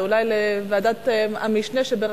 ואולי לוועדת המשנה שבראשותך.